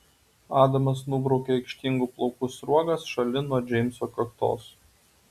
adamas nubraukia aikštingų plaukų sruogas šalin nuo džeimso kaktos